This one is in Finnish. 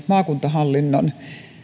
maakuntahallinnon